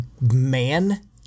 man